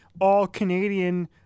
all-Canadian